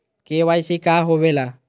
KYC का होवेला?